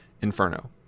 Inferno